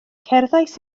cerddais